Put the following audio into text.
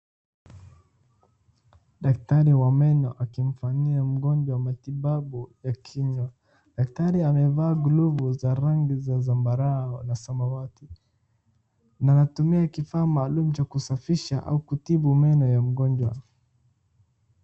Daktari wa meno akimfanyia mgonjwa matibabu ya kinywa, daktari amevaa glovu za rangi za zambarau na samawati na anatumia kifaa maalum cha kusafisha au kutibu meno ya mgonjwa.